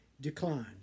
declines